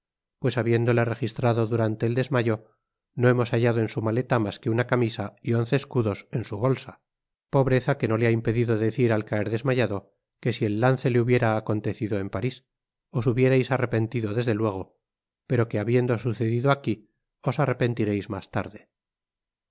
pues habiéndole registrado durante el desmayo no hemos hallado en su maleta mas que una camisa y once escudos en su bolsa pobreza que no le ha impedido decir al caer desmayado que si el lance le hubiera acontecido en parís os hubierais arrepentido desde luego pero que habiendo sucedido aquí os arrepentiréis mas tarde